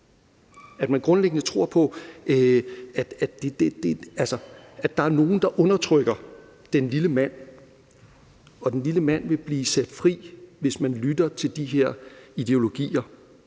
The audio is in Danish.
at man grundlæggende tror på, at der er nogle, der undertrykker den lille mand, og at den lille mand vil blive sat fri, hvis man lytter til de her ideologier,